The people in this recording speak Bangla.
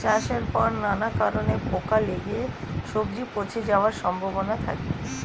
চাষের পর নানা কারণে পোকা লেগে সবজি পচে যাওয়ার সম্ভাবনা থাকে